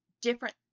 different